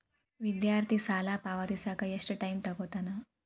ವಿದ್ಯಾರ್ಥಿ ಸಾಲನ ಪಾವತಿಸಕ ಎಷ್ಟು ಟೈಮ್ ತೊಗೋತನ